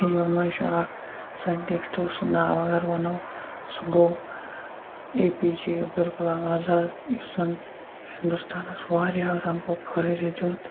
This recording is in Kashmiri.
یِمَن منٛز چھِ اَکھ سایِنٹِسٹ سُنٛد ناو اگر وَنو سُہ گوٚو A P J Abdul Kalam Azad یُس زَن ہِندوستانَس واریاہو رنٛگو فٲیِدٕ دیُٚت